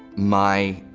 my